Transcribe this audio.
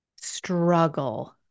struggle